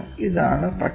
ഇതാണ് പട്ടിക